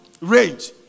range